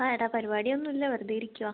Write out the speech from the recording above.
ആ എടാ പരിപാടി ഒന്നുമില്ല വെറുതെ ഇരിക്കുകയാണ്